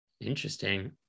Interesting